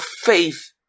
faith